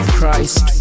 Christ